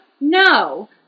No